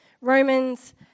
Romans